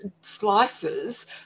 slices